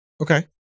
Okay